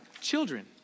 children